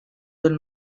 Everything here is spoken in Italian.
del